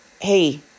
hey